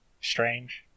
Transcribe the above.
strange